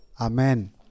Amen